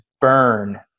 burn